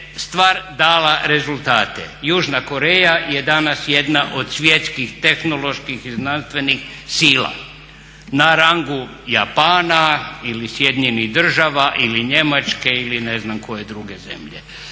stvar dala rezultate. Južna Koreja je danas jedna od svjetskih tehnoloških i znanstvenih sila na rangu Japana ili SAD-a ili Njemačke ili ne znam koje druge zemlje.